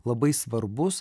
labai svarbus